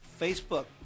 Facebook